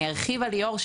אני ארחיב על ליאור,